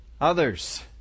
Others